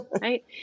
Right